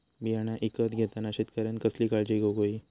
बियाणा ईकत घेताना शेतकऱ्यानं कसली काळजी घेऊक होई?